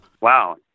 Wow